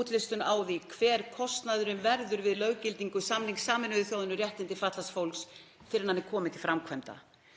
útlistun á því hver kostnaðurinn verður við löggildingu samnings Sameinuðu þjóðanna um réttindi fatlaðs fólks fyrr en hann er kominn til framkvæmda.